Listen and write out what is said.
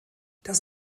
das